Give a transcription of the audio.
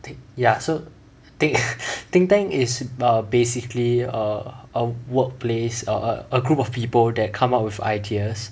ya so think think tank is err basically err a workplace or a a group of people that come up with ideas